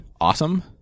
awesome